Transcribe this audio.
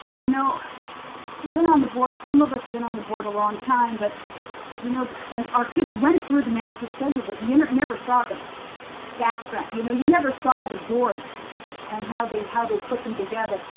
you know we've been on the board, some of us have been on the board a long time but you know and our kids went through the master schedule, but you and but never saw the background. you know you never saw the boards and how they how they put them together.